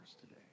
today